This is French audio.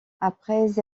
après